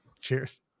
Cheers